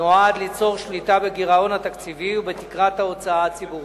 נועד ליצור שליטה בגירעון התקציבי ובתקרת ההוצאה הציבורית.